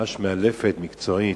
ממש מאלפת, מקצועית.